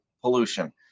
pollution